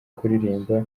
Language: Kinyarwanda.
kuririmba